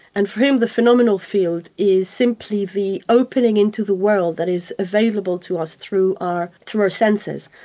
and for him the phenomenal field is simply the opening into the world that is available to us through our through our senses,